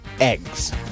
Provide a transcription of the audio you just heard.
eggs